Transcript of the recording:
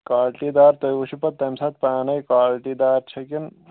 quality دار تُہۍ وُچھُو پَتہٕ تَمہِ ساتہٕ پانَے کالٹی دار چھَ کِنہٕ